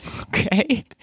Okay